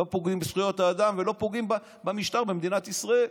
לא פוגעים בזכויות האדם ולא פוגעים במשטר במדינת ישראל.